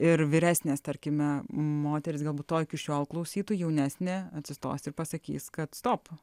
ir vyresnės tarkime moterys galbūt to iki šiol klausytų jaunesnė atsistos ir pasakys kad stop